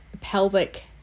pelvic